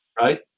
Right